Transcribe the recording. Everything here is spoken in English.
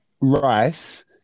Rice